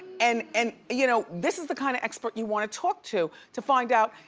and and you know, this is the kind of expert you wanna talk to, to find out,